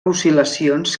oscil·lacions